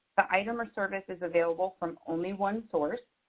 the item or service is available from only one source.